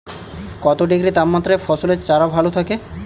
কত ডিগ্রি তাপমাত্রায় ফসলের চারা ভালো থাকে?